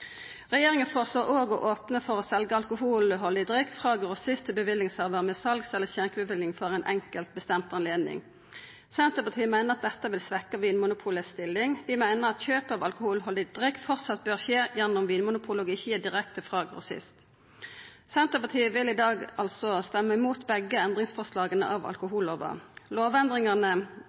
Regjeringa føreslår òg å opna for å selja alkoholhaldig drikk frå grossist til bevillingshavar med sals- eller skjenkjebevilling for ein enkelt bestemd anledning. Senterpartiet meiner dette vil svekkja Vinmonopolets stilling. Vi meiner at kjøp av alkoholhaldig drikk fortsett bør skje gjennom Vinmonopolet, og ikkje direkte frå grossist. Senterpartiet vil i dag altså stemma imot begge endringsforslaga for alkohollova. Lovendringane